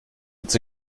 its